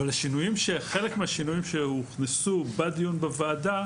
אבל חלק מהשינויים שהוכנסו בדיון בוועדה,